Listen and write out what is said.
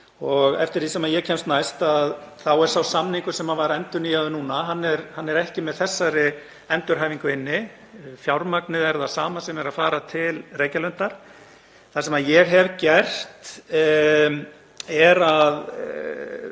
Eftir því sem ég kemst næst er sá samningur sem var endurnýjaður núna ekki með þessari endurhæfingu inni. Fjármagnið er það sama sem er að fara til Reykjalundar. Það sem ég hef gert er að